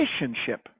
relationship